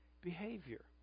behavior